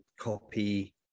copy